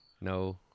No